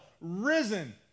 risen